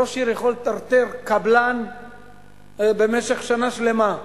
ראש עיר יכול לטרטר קבלן במשך שנה שלמה.